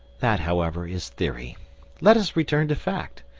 that, however, is theory let us return to fact.